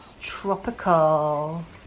Tropical